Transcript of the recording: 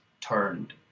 turned